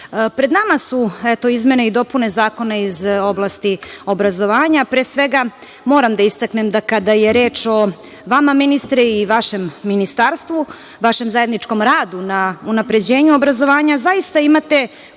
pred nama su izmene i dopune zakona iz oblasti obrazovanja. Pre svega moram da istaknem da kada je reč o vama ministre i vašim Ministarstvu, vašem zajedničkom radu na unapređenju obrazovanja, zaista imate